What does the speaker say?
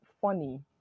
funny